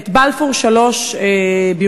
את בלפור 3 בירושלים.